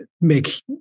make